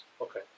Okay